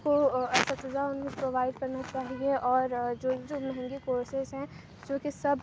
کو اساتذہ انہیں پروائڈ کرنا چاہیے اور جو جو مہنگے کورسیز ہیں جو کہ سب